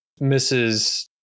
Mrs